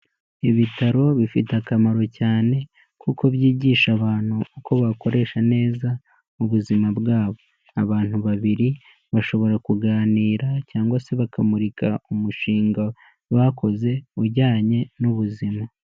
Ibitaro bifite akamaro cyane kuko byigisha abantu uko bakoresha neza ubuzima bwabo. Abantu babiri bashobora kuganira cyangwa se bakamurika umushinga bakoze ujyanye n'ubuzima.